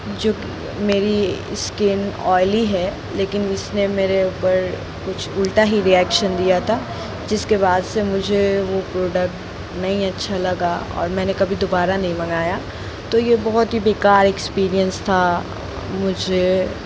जो मेरी skin oily है लेकिन इसने मेरे ऊपर कुछ उल्टा ही रिऐक्शन दिया था जिसके बाद से मुझे वो प्रोडक्ट नहीं अच्छा लगा और मैंने कभी दोबारा नहीं मंगाया तो ये बहुत ही बेकार एक्सपीरियंस था मुझे